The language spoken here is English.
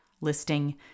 listing